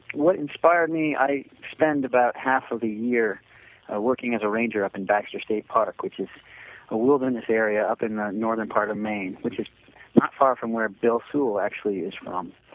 what inspired me, i spend about half of the year working as a ranger up in baxter state park which is a luminous area up in northern part of maine, which is not far from bill sewall, actually is from. um